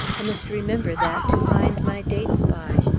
i must remember that to find my dates by.